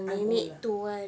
I'm old ya